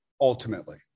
Ultimately